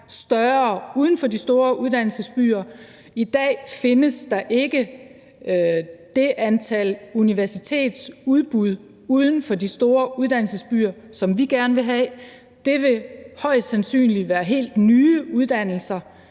større uden for de store uddannelsesbyer. I dag findes der ikke det antal universitetetsudbud uden for de store uddannelsesbyer, som vi gerne vil have. Det vil højst sandsynligt være helt nye uddannelser,